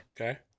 Okay